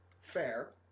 fair